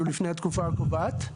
לפני התקופה הקובעת.